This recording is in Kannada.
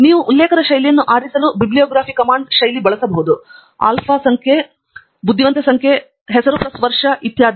ಮತ್ತು ನೀವು ಉಲ್ಲೇಖದ ಶೈಲಿಯನ್ನು ಆರಿಸಲು ಗ್ರಂಥಸೂಚಿ ಆಜ್ಞೆಯ ಶೈಲಿ ಬಳಸಬಹುದು ಆಲ್ಫಾ ಸಂಖ್ಯಾ ಸಂಖ್ಯೆ ಬುದ್ಧಿವಂತ ಅಥವಾ ಹೆಸರು ಪ್ಲಸ್ ವರ್ಷ ಇತ್ಯಾದಿ